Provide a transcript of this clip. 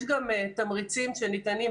יש גם תמריצים שניתנים,